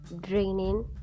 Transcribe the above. draining